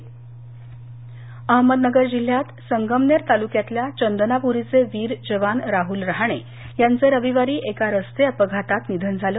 अहमदनगर अहमदनगर जिल्ह्यात संगमनेर तालुक्यातल्या चंदनापुरीचे वीर जवान राहल राहणे यांचं रविवारी एका रस्ते अपघातात निधन झालं